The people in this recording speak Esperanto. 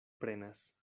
prenas